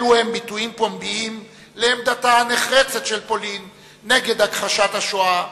אלו הם ביטויים פומביים לעמדתה הנחרצת של פולין נגד הכחשת השואה,